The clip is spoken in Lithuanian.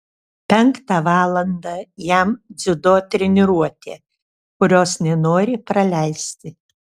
penktą valandą jam dziudo treniruotė kurios nenori praleisti